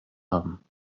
haben